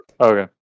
Okay